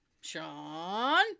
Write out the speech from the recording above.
Sean